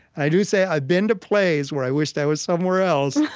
i do say i've been to plays where i wished i was somewhere else,